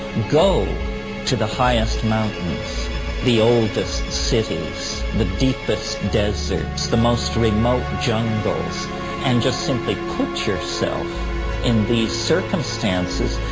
go to the highest mountains the oldest cities the deepest deserts the most remote jungles and just simply put yourself in these circumstances,